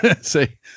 say